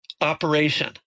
operation